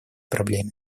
проблеме